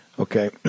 Okay